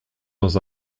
dans